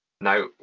Now